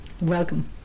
Welcome